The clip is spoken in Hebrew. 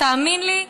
תאמין לי,